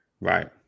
right